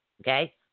Okay